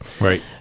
Right